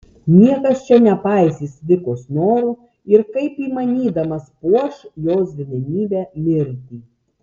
niekas čia nepaisys vikos norų ir kaip įmanydamas puoš jos didenybę mirtį